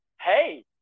hey